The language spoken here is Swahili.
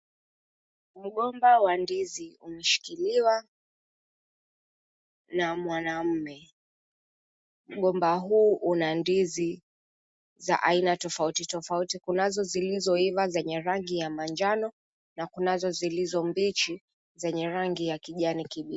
Mgomba wa ndizi umeshikiliwa na mwanamme. Mgomba huu una ndizi za aina tofautitofauti. Kunazo zilizoiva zenye rangi ya manjano na kunazo zilizo mbichi zenye rangi ya kijani kibichi.